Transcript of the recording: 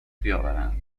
بیاورند